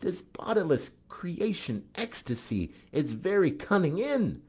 this bodiless creation ecstasy is very cunning in.